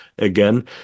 again